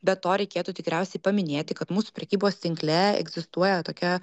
be to reikėtų tikriausiai paminėti kad mūsų prekybos tinkle egzistuoja tokia